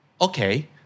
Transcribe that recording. okay